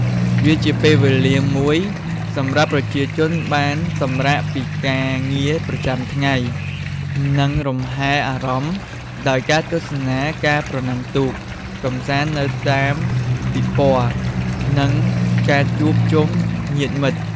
វាជាពេលវេលាមួយសម្រាប់ប្រជាជនបានសម្រាកពីការងារប្រចាំថ្ងៃ និងលំហែអារម្មណ៍ដោយការទស្សនាការប្រណាំងទូក កម្សាន្តនៅតាមពិព័រណ៍ និងការជួបជុំញាតិមិត្ត។